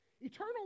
Eternal